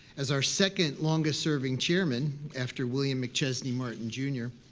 as our second longest serving chairman, after william mcchesney martin, jr,